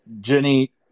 Jenny